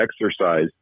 exercise